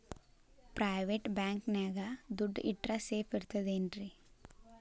Private bank ನ್ಯಾಗ್ ದುಡ್ಡ ಇಟ್ರ ಸೇಫ್ ಇರ್ತದೇನ್ರಿ?